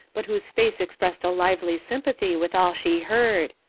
but whose face expressed lively sympathy with all she heard,